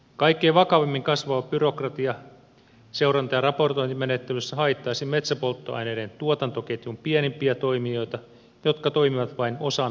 kaikkein vakavimmin kasvava byrokratia seuranta ja raportointimenettelyssä haittaisi metsäpolttoaineiden tuotantoketjun pienimpiä toimijoita jotka toimivat vain osana ketjua